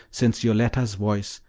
since yoletta's voice,